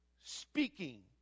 speaking